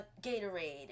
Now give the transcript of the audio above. Gatorade